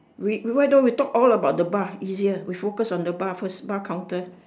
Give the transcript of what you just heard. wait why don't we talk all about the bar easier we focus on the bar first bar counter